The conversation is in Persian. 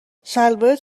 شلوارت